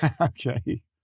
Okay